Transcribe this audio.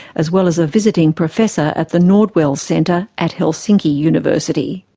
as well as a visiting professor at the nordwel centre at helsinki university.